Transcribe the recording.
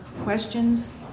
questions